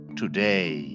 today